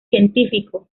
científico